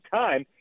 time